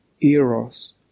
eros